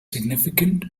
significant